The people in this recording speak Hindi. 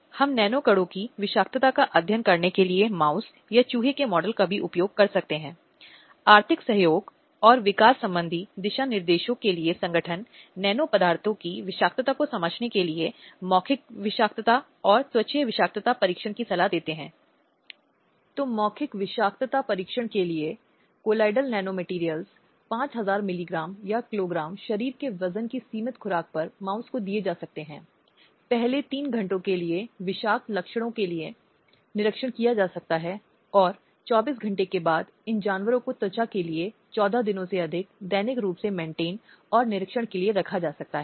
साथ ही दूसरी एजेंसियाँ और संगठन जो उस ओर काम कर रहे हैं सभी को एक साथ आना होगा और यह सभी के समन्वित प्रयासों पर है कि कहीं न कहीं हम ऐसी स्थिति के लिए आगे देख रहे हैं जहां महिलाओं के लिए सम्मान होगा जहां महिलाओं के अधिकारों को बरकरार रखा जाएगा सभी प्रकार की असमानताएँ जो पुरुष बच्चे के लिए प्राथमिकताओं की दृष्टि से समाज में विद्यमान हैं महिला बच्चों को स्वास्थ्य सेवाओं से वंचित करने के संदर्भ में आदि सभी को दूर किया जा सकता है